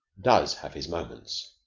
does have his moments.